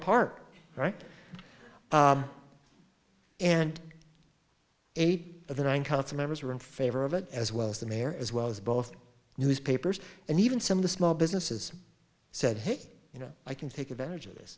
apart right and eight of the nine council members are in favor of it as well as the mayor as well as both newspapers and even some of the small businesses said hey you know i can take advantage of